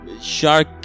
shark